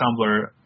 Tumblr